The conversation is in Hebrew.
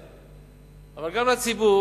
אבל גם לציבור,